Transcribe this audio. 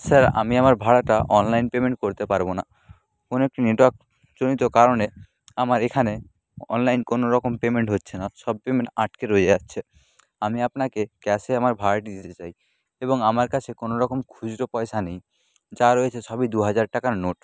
sir আমি আমার ভাড়াটা অনলাইন পেমেন্ট করতে পারব না ফোনে একটু নেটওয়ার্ক জনিত কারণে আমার এখানে অনলাইন কোনো রকম পেমেন্ট হচ্ছে না সব পেমেন্ট আটকে রয়ে যাচ্ছে আমি আপনাকে ক্যাশে আমার ভাড়াটি দিতে চাই এবং আমার কাছে কোনো রকম খুচরো পয়সা নেই যা রয়েছে সবই দু হাজার টাকার নোট